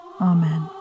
Amen